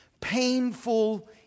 painful